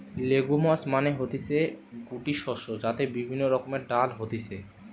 legumes মানে হতিছে গুটি শস্য যাতে বিভিন্ন রকমের ডাল হতিছে